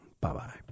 Bye-bye